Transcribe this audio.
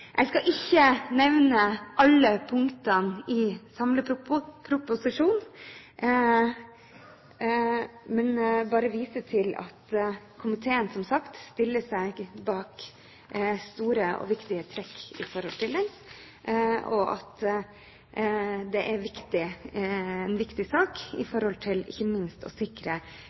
Jeg skal ikke nevne alle punktene i samleproposisjonen, bare vise til at komiteen, som sagt, stiller seg bak store og viktige trekk ved den, og at det er en viktig sak, ikke minst for å sikre